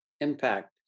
impact